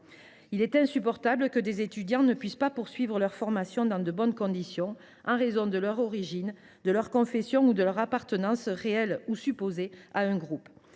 Il est insupportable que des étudiants ne puissent pas poursuivre leur formation dans de bonnes conditions en raison de leur origine, de leur confession ou de leur appartenance, réelle ou supposée, à un groupe.